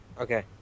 Okay